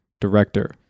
director